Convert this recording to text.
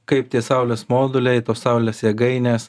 kaip tie saulės moduliai tos saulės jėgainės